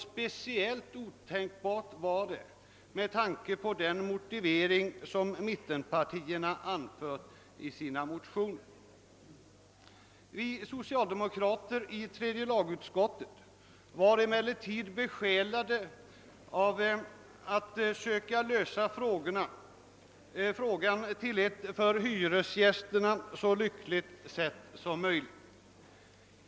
Speciellt otänkbart var det med tanke på den motivering som mittenpartierna anförde i sina motioner. Vi socialdemokrater i tredje lagutskottet var emellertid besjälade av tanken att försöka lösa problemet på ett för hyresgästerna så lyckligt sätt som möjligt.